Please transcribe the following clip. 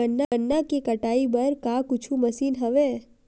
गन्ना के कटाई बर का कुछु मशीन हवय?